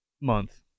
Month